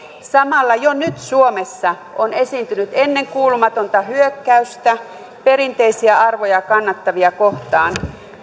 samalla jo nyt suomessa on esiintynyt ennenkuulumatonta hyökkäystä perinteisiä arvoja kannattavia kohtaan